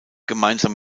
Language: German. gemeinsam